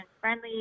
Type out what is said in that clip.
friendly